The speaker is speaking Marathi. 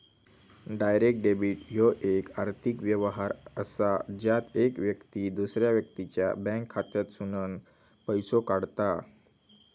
डायरेक्ट डेबिट ह्यो येक आर्थिक व्यवहार असा ज्यात येक व्यक्ती दुसऱ्या व्यक्तीच्या बँक खात्यातसूनन पैसो काढता